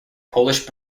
polish